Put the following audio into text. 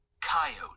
Coyote